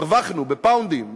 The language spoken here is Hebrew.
הרווחנו בפאונדים,